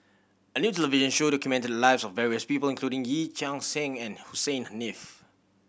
a new television show documented the lives of various people including Yee Chia Hsing and Hussein Haniff